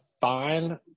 fine